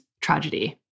tragedy